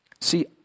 See